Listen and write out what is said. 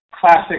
classic